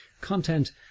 content